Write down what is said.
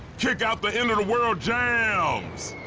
kick out the end-of-the-world jams!